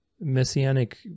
Messianic